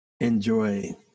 Enjoy